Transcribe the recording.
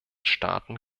staaten